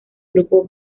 grupo